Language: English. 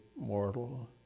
mortal